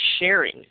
sharing